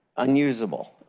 unusable.